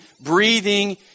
breathing